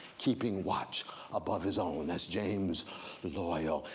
keeping watch above his own. that's james loyal.